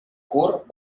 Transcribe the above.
curt